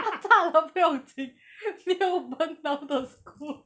他站我不用紧你又 burn down the school